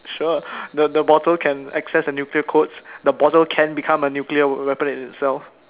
sure the the bottle can access the nuclear codes the bottle can become a nuclear weapon in itself